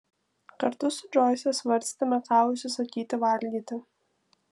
kartu su džoise svarstėme ką užsisakyti valgyti